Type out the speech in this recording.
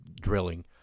drilling